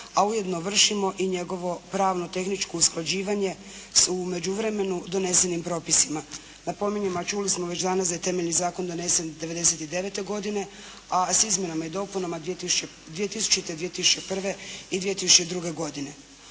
a ujedno vršimo i njegovo pravno, tehničko usklađivanje s u međuvremenu donesenim propisima. Napominjem, a čuli smo da je temelji zakon donesen '99. godine, a s izmjenama i dopunama 2000. i 2001. i